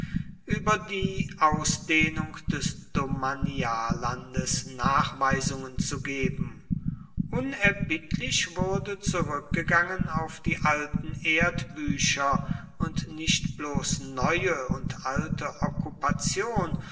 über die ausdehnung des domaniallandes nachweisungen zu geben unerbittlich wurde zurückgegangen auf die alten erdbücher und nicht bloß neue und alte